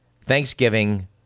Thanksgiving